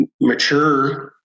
mature